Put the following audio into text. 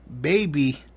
baby